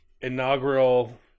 inaugural